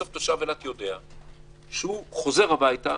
בסוף אותו תושב אילת יודע שהוא חוזר מעיסוקיו